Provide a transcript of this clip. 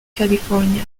california